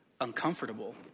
uncomfortable